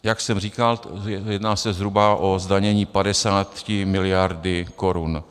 Jak jsem říkal, jedná se zhruba o zdanění 50 mld. korun.